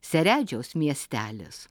seredžiaus miestelis